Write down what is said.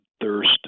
thirst